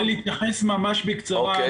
אני רוצה להתייחס בקצרה.